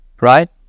Right